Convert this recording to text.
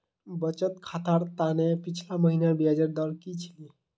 बचत खातर त न पिछला महिनार ब्याजेर दर की छिले